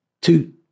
two